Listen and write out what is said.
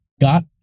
Got